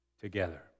together